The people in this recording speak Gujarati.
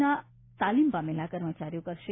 ના તાલીમ પામેલા કર્મચારીઓ કરશે